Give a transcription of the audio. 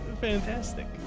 Fantastic